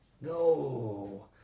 No